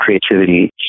creativity